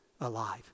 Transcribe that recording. alive